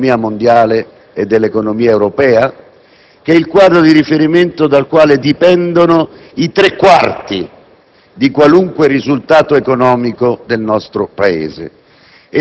un silenzio totale che riguarda l'andamento dell'economia mondiale ed europea, che rappresenta il quadro di riferimento dal quale dipendono i tre quarti